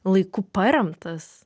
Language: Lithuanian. laiku paremtas